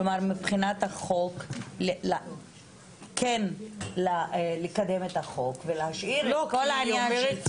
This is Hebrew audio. כלומר מבחינת החוק כן לקדם את החוק ולהשאיר את כל העניין של סמכויות.